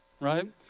right